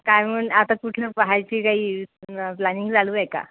काय म्हण आता कुठलं पाहायची काही प्लॅनिंग चालू आहे का